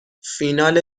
فینال